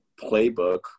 playbook